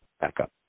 backup